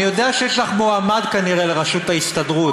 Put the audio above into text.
אני יודע שיש לך מועמד כנראה לראשות ההסתדרות,